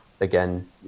again